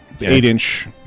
Eight-inch